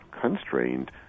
constrained